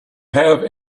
have